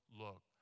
look